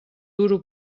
duro